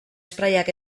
sprayak